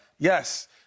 Yes